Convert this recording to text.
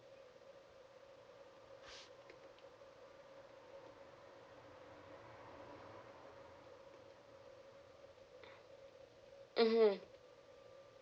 mmhmm